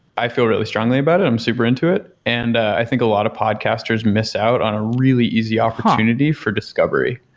i feel really strongly about it. i'm super into it, and i think a lot of podcasters miss out on a really easy opportunity for discovery.